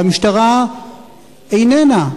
והמשטרה איננה.